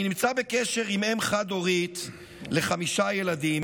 אני נמצא בקשר עם אם חד-הורית לחמישה ילדים,